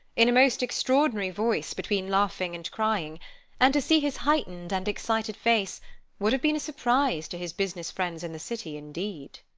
in a most extraordinary voice between laughing and crying and to see his heightened and excited face would have been a surprise to his business friends in the city, indeed.